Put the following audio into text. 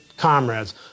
comrades